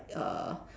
uh